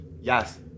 Yes